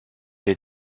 les